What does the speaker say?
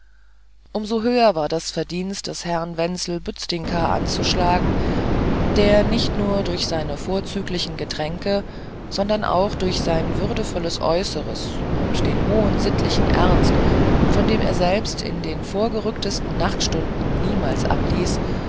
so höher war das verdienst des herrn wenzel bzdinka anzuschlagen der nicht nur durch seine vorzüglichen getränke sondern auch durch sein würdevolles äußeres und den hohen sittlichen ernst von dem er selbst in den vorgerücktesten nachtstunden niemals abließ